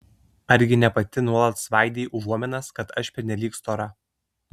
argi ne pati nuolat svaidei užuominas kad aš pernelyg stora